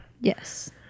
Yes